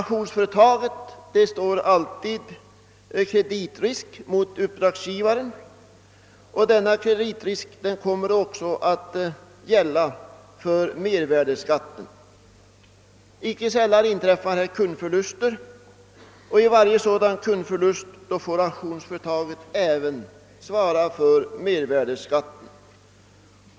Auktionsföretaget står alltid kreditrisk mot uppdragsgivaren, och denna risk kommer också att gälla för mervärdeskatten. Icke sällan inträffar kundförluster i dessa sammanhang, och vid varje sådan förlust får auktionsföretaget även svara för mervärdeskatten.